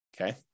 okay